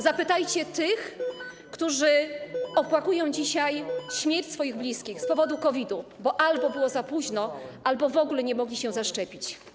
Zapytajcie tych, którzy opłakują dzisiaj śmierć swoich bliskich z powodu COVID-u, bo albo było za późno, albo w ogóle nie mogli się zaszczepić.